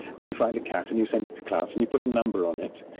and you find a cat, and you send it to klaus, and you put a number on it,